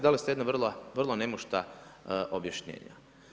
Dali ste jedno vrlo … objašnjenje.